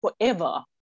forever